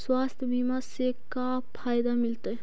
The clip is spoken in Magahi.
स्वास्थ्य बीमा से का फायदा मिलतै?